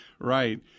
Right